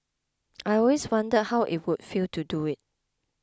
I always wondered how it would feel to do it